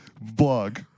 blog